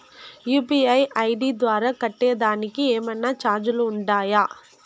UPI ID ద్వారా కట్టేదానికి ఏమన్నా చార్జీలు ఉండాయా?